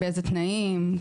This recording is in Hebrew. באיזה תנאים?